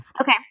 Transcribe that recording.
Okay